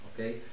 okay